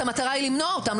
המטרה היא למנוע אותם,